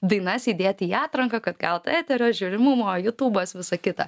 dainas įdėti į atranką kad gautų eterio žiūrimumo jutubas visa kita